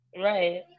Right